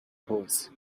hose